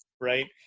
right